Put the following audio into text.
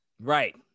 Right